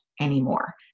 anymore